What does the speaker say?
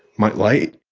my light